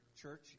church